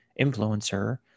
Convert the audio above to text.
influencer